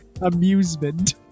Amusement